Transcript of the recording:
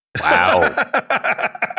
Wow